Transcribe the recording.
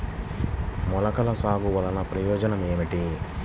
మొలకల సాగు వలన ప్రయోజనం ఏమిటీ?